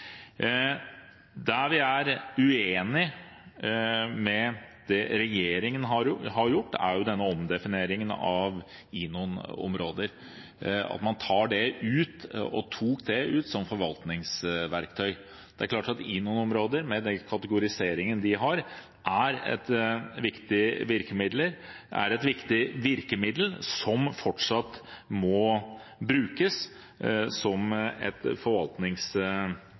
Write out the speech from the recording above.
vi er uenige med det regjeringen har gjort, er denne omdefineringen av INON-områder, at man tok det ut som forvaltningsverktøy. Det er klart at INON-områder med den kategoriseringen de har, er et viktig virkemiddel som fortsatt må brukes som et